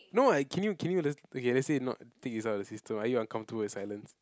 no what can you can you okay okay let's say not take this out of the system are you uncomfortable with silence